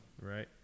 Right